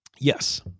Yes